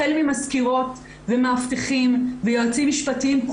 החל ממזכירות ומאבטחים ויועצים משפטיים,